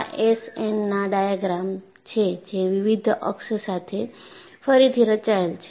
આ એસએનના ડાયાગ્રામ છે જે વિવિધ અક્ષ સાથે ફરીથી રચાયેલ છે